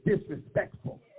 disrespectful